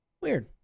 Weird